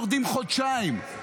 יורדים חודשיים.